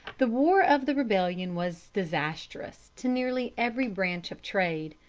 the war of the rebellion was disastrous to nearly every branch of trade,